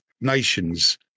nations